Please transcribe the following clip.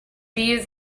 use